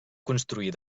construir